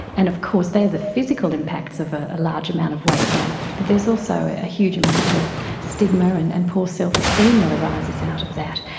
and of course they are the physical impacts of ah a large amount of weight gain but there's also a huge amount of stigma and and poor self-esteem that arises out of that,